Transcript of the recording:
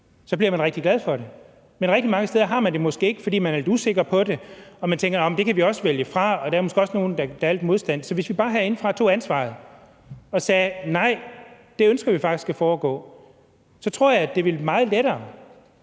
bliver man rigtig glad for det. Men rigtig mange steder har man det måske ikke, fordi man er lidt usikker på det, og man tænker, at det kan man også vælge fra. Der er måske også nogle, der har lidt modstand. Så hvis vi bare herindefra tog ansvaret og sagde, at det ønsker vi faktisk skal foregå, så tror jeg, at det ville blive meget lettere